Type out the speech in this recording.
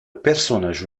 personnages